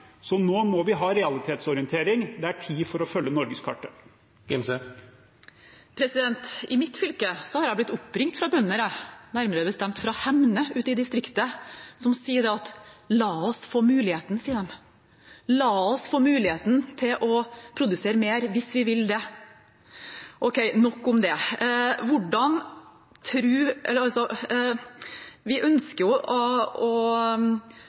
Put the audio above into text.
Nå må vi ha realitetsorientering. Det er tid for å følge norgeskartet. I mitt fylke har jeg blitt oppringt av bønder, nærmere bestemt fra Hemne, ute i distriktet, som sier: La oss få muligheten. De sier: La oss få muligheten til å produsere mer hvis vi vil det. Ok – nok om det.